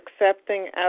accepting